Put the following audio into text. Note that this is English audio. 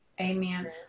Amen